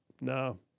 no